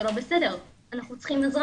זה לא בסדר, אנחנו צריכים עזרה.